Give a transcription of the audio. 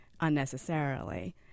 unnecessarily